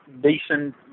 decent